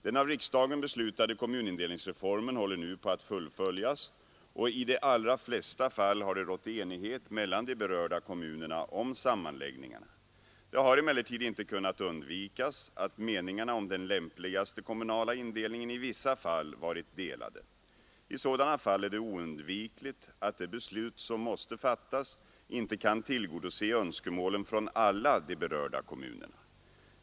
Den av riksdagen beslutade kommunindelningsreformen håller nu på att fullföljas och i de allra flesta fall har det rått enighet mellan de berörda kommunerna om sammanläggningarna. Det har emellertid inte kunnat undvikas att meningarna om den lämpligaste kommunala indelningen i vissa fall varit delade. I sådana fall är det oundvikligt att det beslut som måste fattas inte kan tillgodose önskemålen från alla de berörda kommunerna.